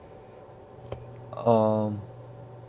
um